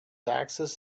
axis